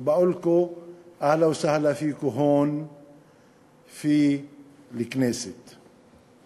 בברכת ברוכים הבאים לכאן, לכנסת )